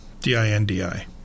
D-I-N-D-I